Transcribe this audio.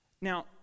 Now